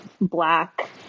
black